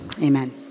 Amen